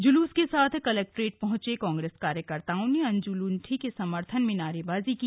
जुलूस के साथ कलेक्ट्रेट पहुँचे कांग्रेस कार्यकर्ताओं ने अंजू लुंठी के समर्थन में नारेबाजी की